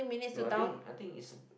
no I think I think is